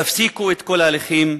תפסיקו את כל ההליכים,